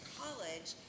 college